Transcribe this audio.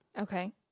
Okay